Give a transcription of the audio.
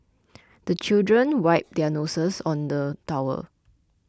the children wipe their noses on the towel